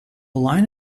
line